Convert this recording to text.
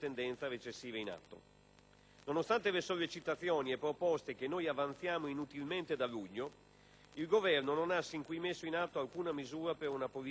Nonostante le sollecitazioni e le proposte che abbiamo inutilmente avanzato da luglio, il Governo non ha sin qui messo in atto alcuna misura per una politica fiscale espansiva.